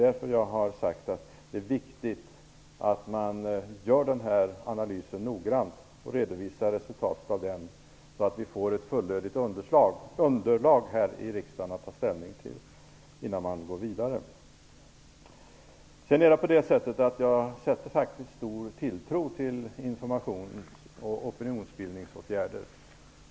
Därför har jag sagt att det är viktigt att analysen görs noggrant och att resultatet av den redovisas, så att vi här i riksdagen får ett fullödigt underlag att ta ställning till innan man går vidare. Jag sätter faktiskt stor tilltro till informations och opinionsbildningsåtgärder.